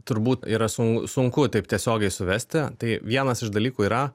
turbūt yra su sunku taip tiesiogiai suvesti tai vienas iš dalykų yra